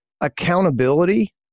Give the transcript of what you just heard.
Accountability